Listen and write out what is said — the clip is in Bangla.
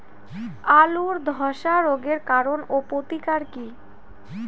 আলুর ধসা রোগের কারণ ও প্রতিকার কি?